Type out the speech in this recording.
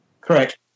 Correct